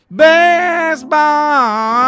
baseball